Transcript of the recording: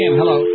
hello